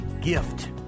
gift